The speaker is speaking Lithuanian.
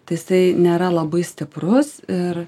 tai jisai nėra labai stiprus ir